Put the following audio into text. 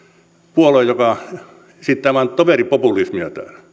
puolue joka esittää vain toveripopulismia täällä